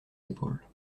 épaules